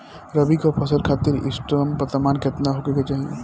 रबी क फसल खातिर इष्टतम तापमान केतना होखे के चाही?